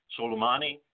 Soleimani